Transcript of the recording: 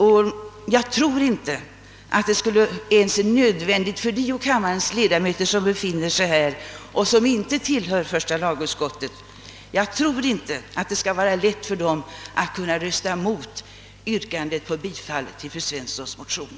Och jag vill säga att det nog är svårt för de av kammarens ledamöter, som nu är närvarande och som inte är ledamöter av första lagutskottet, att rösta mot yrkandet om bifall till fru Svenssons motion.